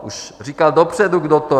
Už říkal dopředu, kdo to je.